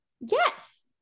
Yes